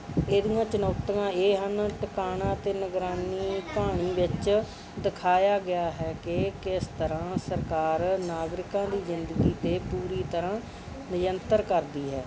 ਇਹਦੀਆਂ ਚੁਣੌਤੀਆਂ ਇਹ ਹਨ ਟਿਕਾਣਾ ਅਤੇ ਨਿਗਰਾਨੀ ਕਹਾਣੀ ਵਿੱਚ ਦਿਖਾਇਆ ਗਿਆ ਹੈ ਕਿ ਕਿਸ ਤਰ੍ਹਾਂ ਸਰਕਾਰ ਨਾਗਰਿਕਾਂ ਦੀ ਜ਼ਿੰਦਗੀ 'ਤੇ ਪੂਰੀ ਤਰ੍ਹਾਂ ਨਿਯੰਤਰਕ ਕਰਦੀ ਹੈ